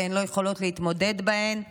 והן לא יכולות להתמודד בהן?